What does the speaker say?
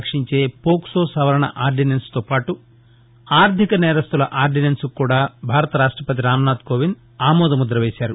రక్షించే పోక్సో నవరణ ఆర్గినెన్ప్తో పాటు ఆర్గిక నేరస్తుల ఆర్గినెన్ప్కు కూడా భారత రాష్టవతి రాంనాంథ్ కోవింద్ ఆమోదముద్ద వేశారు